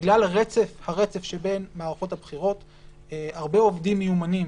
בגלל הרצף שבין מערכות הבחירות הרבה עובדים מיומנים